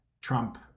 Trump